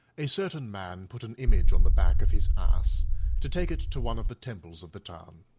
a certain man put an image on the back of his ass to take it to one of the temples of the town.